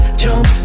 jump